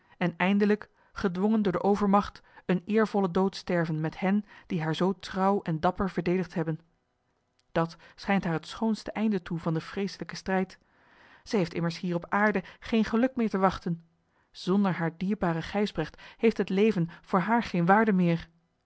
en eindelijk gedwongen door de overmacht een eervollen dood sterven met hen die haar zoo trouw en dapper verdedigd hebben dat schijnt haar het schoonste einde toe van den vreeselijken strijd zij heeft immers hier op aarde geen geluk meer te wachten zonder haar dierbaren gijsbrecht heeft het leven voor haar geen waarde meer